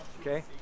okay